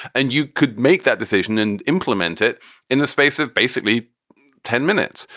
and you could make that decision and implement it in the space of basically ten minutes.